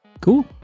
Cool